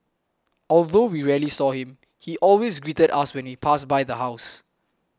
although we rarely saw him he always greeted us when we passed by the house